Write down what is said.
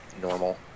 normal